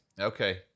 Okay